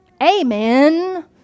Amen